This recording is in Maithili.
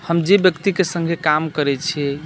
हम जाहि व्यक्तिके सङ्गे काम करैत छियै